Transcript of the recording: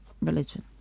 religion